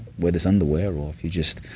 wear this underwear or if you just